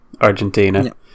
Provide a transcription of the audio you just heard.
Argentina